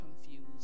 confused